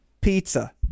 Pizza